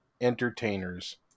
entertainers